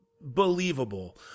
believable